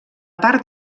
part